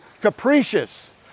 capricious